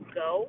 go